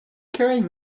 carrying